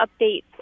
updates